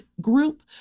group